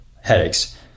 headaches